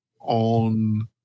on